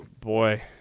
boy